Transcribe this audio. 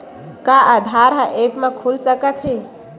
का आधार ह ऐप म खुल सकत हे?